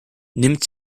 nimmt